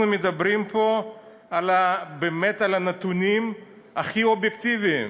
אנחנו מדברים פה באמת על הנתונים הכי אובייקטיביים.